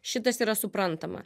šitas yra suprantama